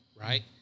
Right